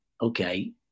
okay